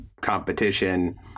competition